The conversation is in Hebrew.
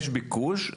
יש ביקוש,